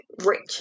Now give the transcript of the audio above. richer